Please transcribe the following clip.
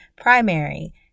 primary